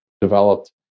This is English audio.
developed